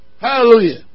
Hallelujah